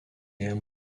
jam